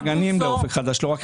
הגנים באופק חדש ולא רק חינוך מיוחד.